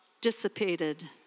dissipated